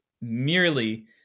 merely